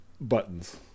buttons